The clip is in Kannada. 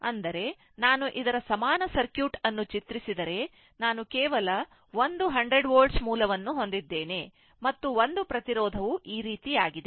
ಇದರರ್ಥ ನಾನು ಇದರ ಸಮಾನ ಸರ್ಕ್ಯೂಟ್ ಅನ್ನು ಚಿತ್ರಿಸಿದರೆ ನಾನು ಕೇವಲ ಒಂದು 100 volt ಮೂಲವನ್ನು ಹೊಂದಿದ್ದೇನೆ ಮತ್ತು ಒಂದು ಪ್ರತಿರೋಧವು ಈ ರೀತಿಯಾಗಿದೆ